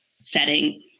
setting